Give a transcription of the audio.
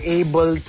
able